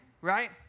right